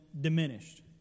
diminished